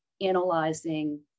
analyzing